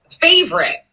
favorite